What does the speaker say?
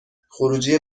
خروجی